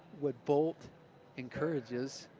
what bolt encourages